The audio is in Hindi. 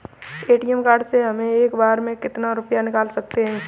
ए.टी.एम कार्ड से हम एक बार में कितना रुपया निकाल सकते हैं?